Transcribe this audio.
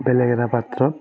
বেলেগ এটা পাত্ৰত